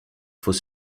faut